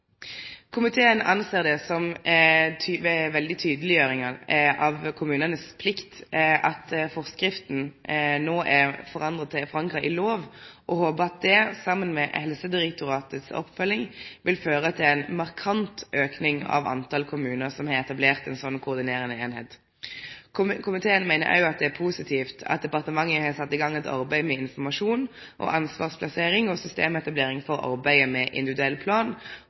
lov, og håper at det, saman med Helsedirektoratets oppfølging, vil føre til ein markant auke av talet på kommunar som har etablert ei koordinerande eining. Komiteen meiner òg at det er positivt at departementet har sett i gang eit arbeid med informasjon, ansvarsplassering og systemetablering for arbeidet med individuell plan,